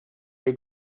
que